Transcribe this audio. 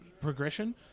progression